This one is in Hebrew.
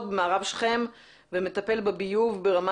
מט"ש ברמה